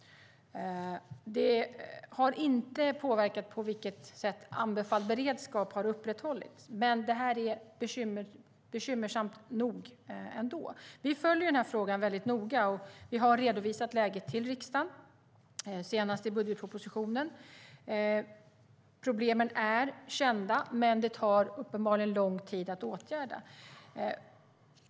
Det har inte påverkat på vilket sätt anbefalld beredskap har upprätthållits. Men det är bekymmersamt nog ändå. Vi följer frågan väldigt noga. Vi har redovisat läget till riksdagen senast i budgetpropositionen. Problemen är kända, men det tar uppenbarligen lång tid att åtgärda.